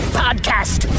podcast